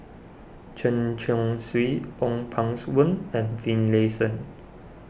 Chen Chong Swee Ong Pang Boon and Finlayson